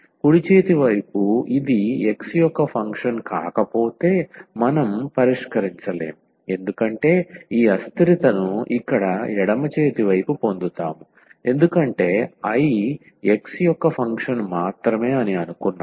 కుడి చేతి వైపు ఇది x యొక్క ఫంక్షన్ కాకపోతే మనం పరిష్కరించలేము ఎందుకంటే ఈ అస్థిరతను ఇక్కడ ఎడమ చేతి వైపు పొందుతాము ఎందుకంటే I x యొక్క ఫంక్షన్ మాత్రమే అని అనుకున్నాము